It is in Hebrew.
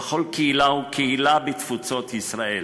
בכל קהילה וקהילה בתפוצות ישראל